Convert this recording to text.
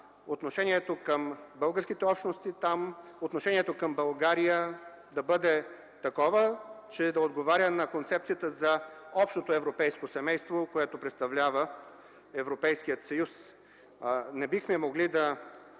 отношението към българските общности там, отношението към България да бъде такова, че да отговаря на концепциите за общото европейско семейство, което представлява Европейският съюз. Не бихме могли да